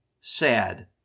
sad